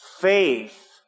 faith